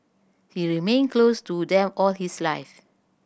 he remained close to them all his life